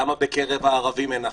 למה בקרב הערבים אין אכיפה?